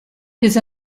his